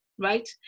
right